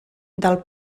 del